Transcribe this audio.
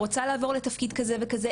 רוצה לעבור לתפקיד כזה וכזה,